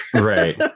Right